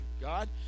god